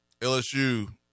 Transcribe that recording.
LSU